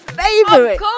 favorite